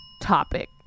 topic